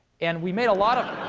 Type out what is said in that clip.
and we made a lot of